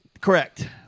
Correct